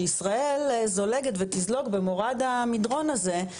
שישראל זולגת ותזלוג במורד המדרון הזה.